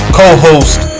co-host